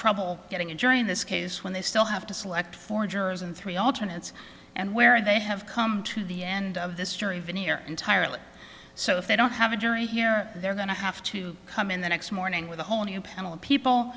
trouble getting a jury in this case when they still have to select for jurors and three alternate and where they have come to the end of this jury veneer entirely so if they don't have a jury here they're going to have to come in the next morning with a whole new panel of people